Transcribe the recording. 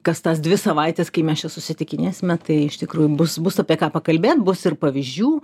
kas tas dvi savaites kai mes čia susitikinėsime tai iš tikrųjų bus bus apie ką pakalbėt bus ir pavyzdžių